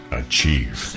achieve